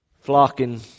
flocking